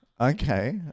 Okay